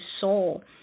soul